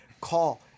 call